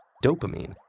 dopamine,